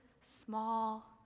small